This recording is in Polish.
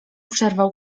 przerwał